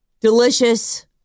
delicious